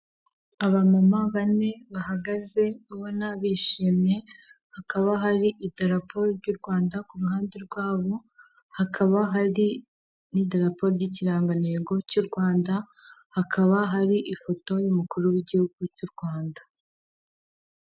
Abamama bane bahagaze ubona bishimye, hakaba hari idaraporo ry'u Rwanda ku ruhande rwabo, hakaba hari n'idarapo ry'ikirangantego cy'u Rwanda, hakaba hari ifoto y'umukuru w'igihugu cy'u Rwanda.